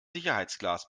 sicherheitsglas